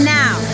now